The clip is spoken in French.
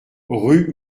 rue